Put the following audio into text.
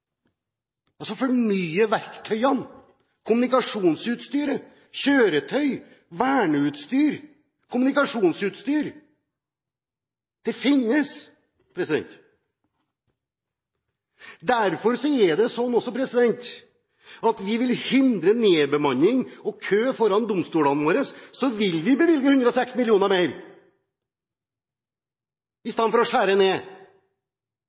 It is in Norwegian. altså fornye verktøyene: kommunikasjonsutstyr, kjøretøy, verneutstyr – for det finnes. Vi vil hindre nedbemanning og kø foran domstolene våre, og derfor vil vi bevilge 106 mill. kr mer istedenfor å skjære ned.